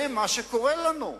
זה מה שקורה לנו,